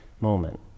moment